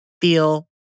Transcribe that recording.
feel